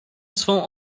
swą